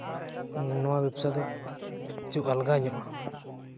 ᱱᱚᱣᱟ ᱵᱮᱵᱽᱥᱟ ᱫᱚ ᱠᱤᱪᱷᱩ ᱟᱞᱜᱟ ᱧᱚᱜᱼᱟ